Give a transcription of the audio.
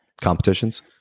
competitions